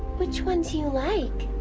which one do you like?